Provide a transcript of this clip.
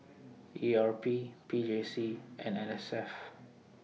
E R P P J C and N S F